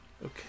Okay